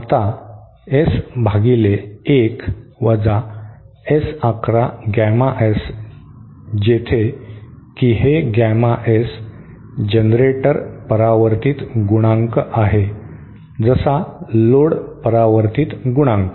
आता S भागिले एक वजा S 1 1 गॅमा S जेथे की हे गॅमा S जनरेटर परावर्तीत गुणांक आहे जसा लोड परावर्तीत गुणांक